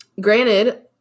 Granted